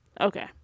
Okay